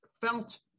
felt